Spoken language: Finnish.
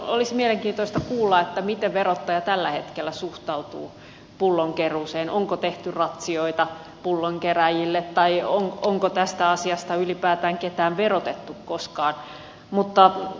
olisi mielenkiintoista kuulla miten verottaja tällä hetkellä suhtautuu pullonkeruuseen onko tehty ratsioita pullonkerääjille tai onko tästä asiasta ylipäätään ketään verotettu koskaan